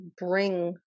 bring